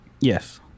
Yes